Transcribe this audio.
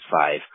five